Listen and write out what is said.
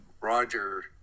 Roger